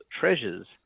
treasures